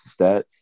stats